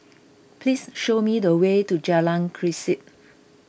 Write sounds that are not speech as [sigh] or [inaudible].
please show me the way to Jalan [unintelligible]